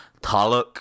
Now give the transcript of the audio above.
Taluk